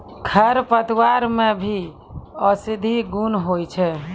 खरपतवार मे भी औषद्धि गुण होय छै